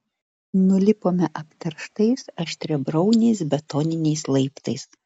nulipome apterštais aštriabriauniais betoniniais laiptais